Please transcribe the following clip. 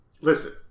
Listen